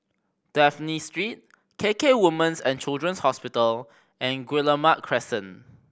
Dafne Street K K Women's And Children's Hospital and Guillemard Crescent